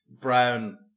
Brown